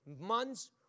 months